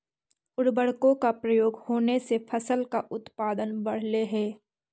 उर्वरकों का प्रयोग होने से फसल का उत्पादन बढ़लई हे